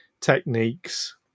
techniques